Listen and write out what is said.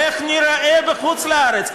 איך ניראה בחוץ-לארץ?